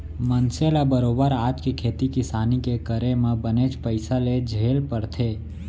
मनसे ल बरोबर आज के खेती किसानी के करे म बनेच पइसा के झेल परथे